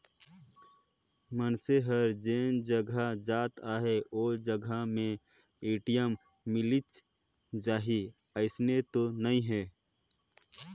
मइनसे हर जेन जघा जात अहे ओ जघा में ए.टी.एम मिलिच जाही अइसन तो नइ हे